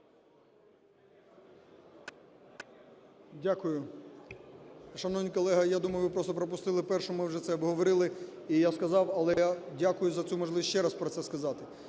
Дякую. Шановний колего, я думаю, ви просто пропустили, перше, ми уже це обговорили, і я сказав. Але я дякую за цю можливість ще раз про це сказати.